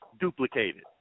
duplicated